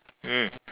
mm